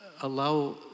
allow